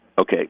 Okay